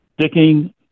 sticking